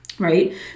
Right